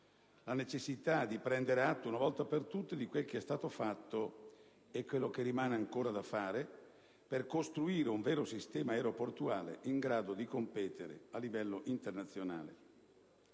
la necessità di prendere atto, una volta per tutte, di quel che è stato fatto e di quello che rimane ancora da fare per costruire un vero sistema aeroportuale in grado di competere a livello internazionale.